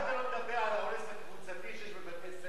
למה אתה לא מדבר על האונס הקבוצתי בבתי-ספר?